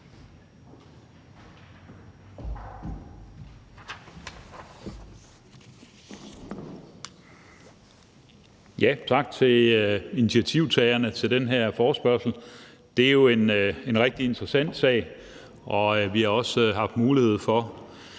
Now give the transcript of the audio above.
Tak til initiativtagerne til den her forespørgsel. Det er jo en rigtig interessant sag, og vi har også haft mulighed for